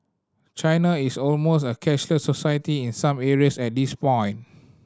China is almost a cashless society in some areas at this point